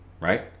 right